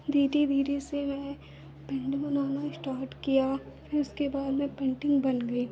धीरे धीरे से मैंने पेन्टिन्ग बनाना स्टार्ट किया फिर उसके बाद में पेन्टिन्ग बन गई